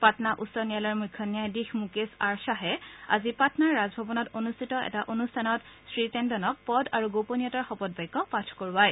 পাটনা উচ্চ ন্যায়ালয়ৰ মুখ্য ন্যায়াধীশ মুকেশ আৰ খাহে আজি পাটনাৰ ৰাজভৱনত অনুষ্ঠিত এটা অনুষ্ঠানত শ্ৰীটেণ্ডনক গোপনীয়তা শপত বাক্য পাঠ কৰোৱায়